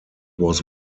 was